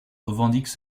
revendiquent